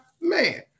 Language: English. man